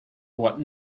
what